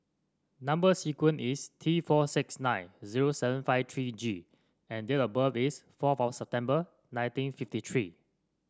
number sequence is T four six nine zero seven five three G and date of birth is four September nineteen fifty three